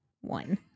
one